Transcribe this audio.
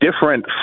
different